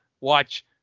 watch